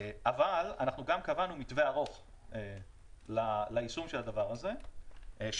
אבל אנחנו גם קבענו מתווה ארוך ליישום של הדבר הזה שאמור,